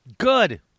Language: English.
Good